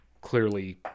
Clearly